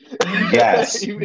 Yes